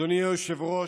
אדוני היושב-ראש,